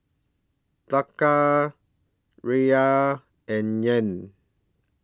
Taka Riyal and Yuan